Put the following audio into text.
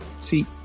See